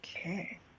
Okay